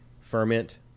ferment